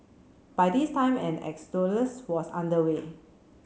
by this time an was under way